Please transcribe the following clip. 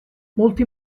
molti